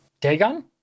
Dagon